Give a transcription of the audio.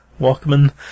Walkman